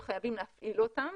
הם חייבים להפעיל אותם,